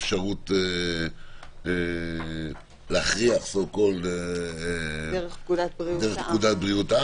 האפשרות להכריח דרך פקודת בריאות העם.